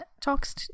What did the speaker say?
talks